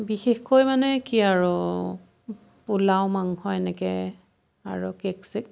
বিশেষকৈ মানে কি আৰু পোলাও মাংস এনেকৈ আৰু কেক চেক